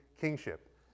kingship